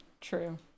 true